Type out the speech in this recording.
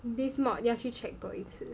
this mod 要去 check 多一次